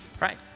right